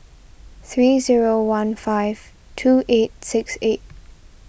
three zero one five two eight six eight